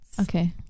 Okay